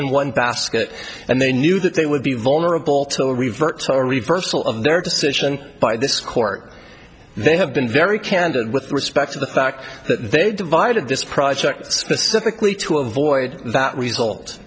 in one basket and they knew that they would be vulnerable to revert a reversal of their decision by this court they have been very candid with respect to the fact that they divided this project specifically to avoid that result